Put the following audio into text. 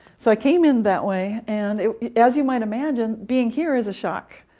so i came in that way, and as you might imagine, being here is a shock.